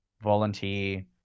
volunteer